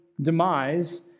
demise